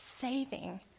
saving